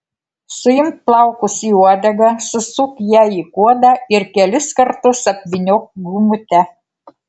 suimk plaukus į uodegą susuk ją į kuodą ir kelis kartus apvyniok gumute